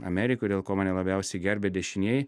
amerikoj dėl ko mane labiausiai gerbė dešinieji